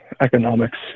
economics